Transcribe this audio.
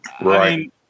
Right